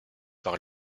par